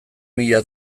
mila